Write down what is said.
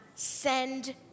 Send